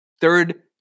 Third